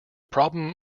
problem